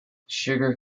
sugar